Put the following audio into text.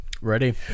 ready